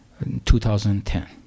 2010